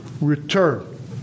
Return